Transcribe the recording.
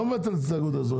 לא מבטל את התאגוד האזורי.